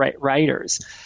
writers